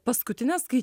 paskutines kai